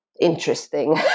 interesting